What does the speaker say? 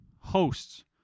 Hosts